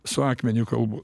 su akmeniu kalbu